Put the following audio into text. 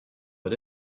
put